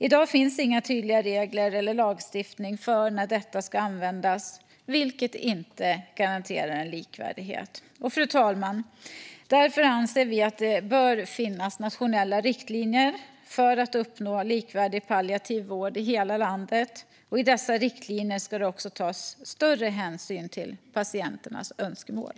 I dag finns det inte några tydliga regler eller någon tydlig lagstiftning för när detta ska användas, vilket inte garanterar en likvärdighet. Därför anser vi, fru talman, att det bör finnas nationella riktlinjer för att uppnå likvärdig palliativ vård i hela landet. I dessa riktlinjer ska det också tas större hänsyn till patienternas önskemål.